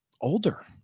older